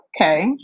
okay